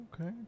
okay